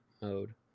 mode